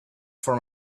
for